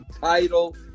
title